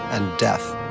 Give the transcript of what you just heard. and death.